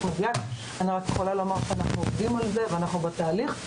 אני רק יכולה לומר שאנחנו עובדים על זה ואנחנו בתהליך.